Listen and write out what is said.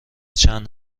چند